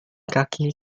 kaki